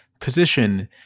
position